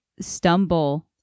stumble